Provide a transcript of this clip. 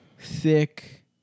thick